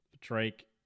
Drake